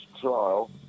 trial